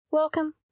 Welcome